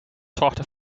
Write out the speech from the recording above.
zorgde